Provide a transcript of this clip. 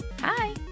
Hi